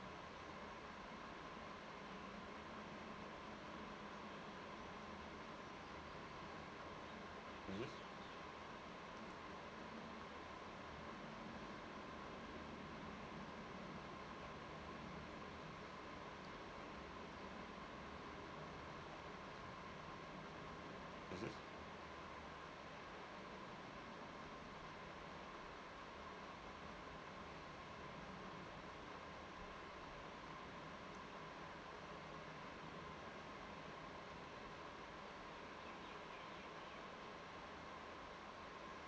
mmhmm mmhmm